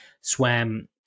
swam